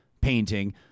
painting